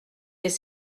des